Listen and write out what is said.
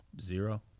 zero